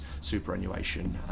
superannuation